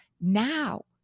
now